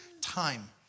time